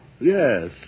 yes